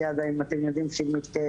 הומה.